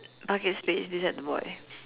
obviously this at the boy